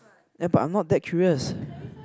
ya but I'm not that curious